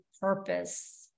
purpose